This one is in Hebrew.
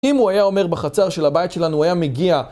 אם הוא היה אומר בחצר של הבית שלנו, הוא היה מגיע...